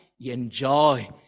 enjoy